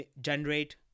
generate